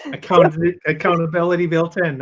and accountability accountability built in.